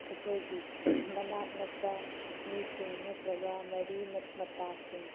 ꯑꯩꯈꯣꯏꯒꯤ ꯃꯅꯥꯛ ꯅꯛꯄ ꯃꯤꯁꯤꯡ ꯅꯠꯇ꯭ꯔꯒ ꯃꯔꯤ ꯃꯇꯥꯁꯤꯡ